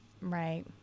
Right